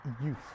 Youth